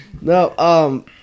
No